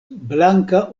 blanka